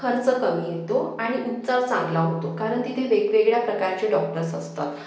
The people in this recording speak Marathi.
खर्च कमी येतो आणि उपचार चांगला होतो कारण तिथे वेगवेगळ्या प्रकारचे डॉक्टर्स असतात